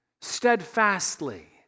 steadfastly